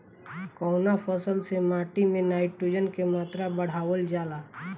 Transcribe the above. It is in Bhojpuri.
कवना फसल से माटी में नाइट्रोजन के मात्रा बढ़ावल जाला?